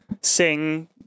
sing